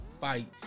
fight